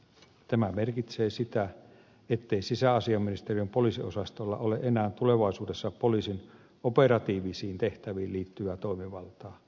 tämä merkitsee sitä ettei sisäasiainministeriön poliisiosastolla ole enää tulevaisuudessa poliisin operatiivisiin tehtäviin liittyvää toimivaltaa